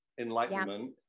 enlightenment